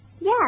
Yes